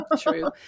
True